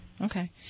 Okay